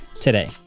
today